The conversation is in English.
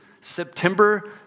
September